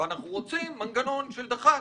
אנחנו רוצים מנגנון של דח"צ,